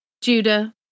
Judah